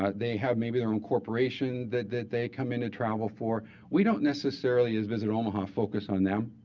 ah they have maybe their own corporation that that they come in and travel for we don't necessarily as visit omaha focus on them.